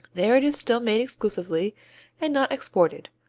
there it is still made exclusively and not exported,